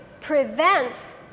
prevents